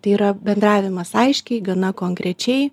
tai yra bendravimas aiškiai gana konkrečiai